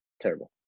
Terrible